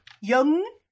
young